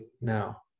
now